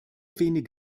wenig